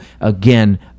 Again